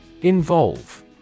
Involve